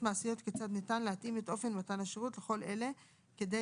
מעשיות כיצד ניתן להתאים את אופן מתן השירות לכל אלה כדי